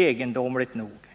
Ekebyholmsskolan kommer